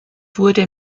wurde